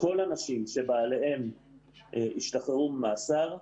כל הנשים שבעליהן השתחררו ממאסר,